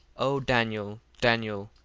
o daniel, daniel,